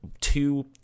two